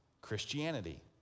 Christianity